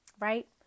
right